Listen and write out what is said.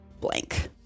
blank